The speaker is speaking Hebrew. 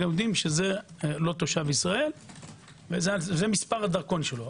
יודעים שזה לא תושב ישראל וזה מספר הדרכון שלו.